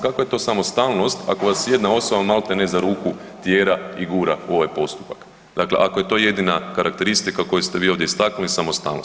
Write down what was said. Kakva je to samostalnost ako vas jedna osoba malti ne za ruku tjera i gura u ovaj postupak, dakle ako je to jedina karakteristika koju ste vi ovdje istaknuli, samostalnost.